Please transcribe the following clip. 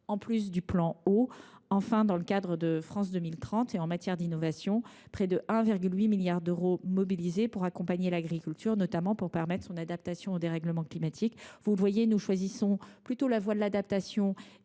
en plus du plan Eau ; enfin, dans le cadre du plan France 2030 et en matière d’innovation, près de 1,8 milliard d’euros sont mobilisés pour accompagner l’agriculture, notamment pour permettre son adaptation au dérèglement climatique. Vous le voyez, nous choisissons plutôt la voie de l’adaptation